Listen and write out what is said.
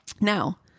now